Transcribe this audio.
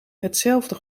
hetzelfde